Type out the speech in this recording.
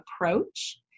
approach